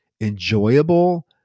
enjoyable